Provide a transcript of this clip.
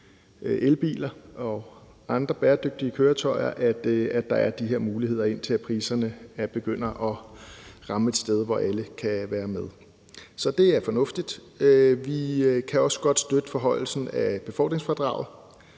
elbiler og andre bæredygtige køretøjer, at der er de her muligheder, indtil priserne begynder at lande på et niveau, hvor alle kan være med. Så det er fornuftigt. Vi kan også godt støtte forhøjelsen af befordringsfradraget